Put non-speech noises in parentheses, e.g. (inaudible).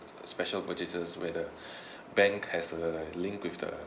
special purchases whether (breath) bank has a link with the